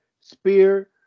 spear